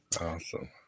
Awesome